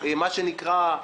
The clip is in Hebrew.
מה שנקרא,